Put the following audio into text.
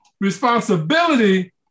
responsibility